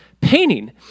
painting